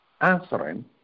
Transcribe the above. answering